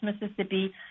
Mississippi